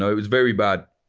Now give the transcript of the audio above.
it was very bad.